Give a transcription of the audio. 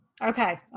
Okay